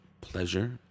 pleasure